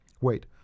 wait